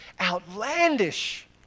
Outlandish